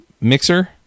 mixer